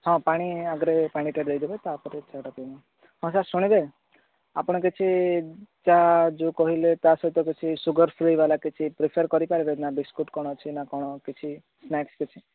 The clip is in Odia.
ହଁ ପାଣି ଆଗରେ ପାଣିଟା ଦେଇ ଦେବେ ତା'ପରେ ଚା'ଟା ପିଇଁବୁ ହଁ ସାର୍ ଶୁଣିବେ ଆପଣ କିଛି ଚା' ଯେଉଁ କହିଲେ ତା'ସହିତ କିଛି ସୁଗର୍ ଫ୍ରି ବାଲା କିଛି ପ୍ରିପେୟାର୍ କରିପାରିବେ ନା ବିସ୍କୁଟ୍ କ'ଣ ଅଛି ନା କ'ଣ କିଛି ସ୍ନାକ୍ସ କିଛି